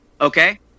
okay